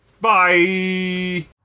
Bye